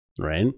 right